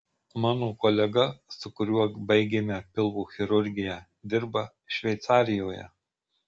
mano kolega su kuriuo baigėme pilvo chirurgiją dirba šveicarijoje